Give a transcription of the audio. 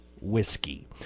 whiskey